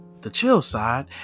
thechillside